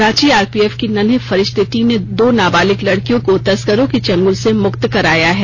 Ranchi RPF की नन्हे फरिश्ते टीम ने दो नाबालिग लड़कियों को तस्करों के चंगुल से मुक्त कराया है